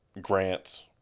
grants –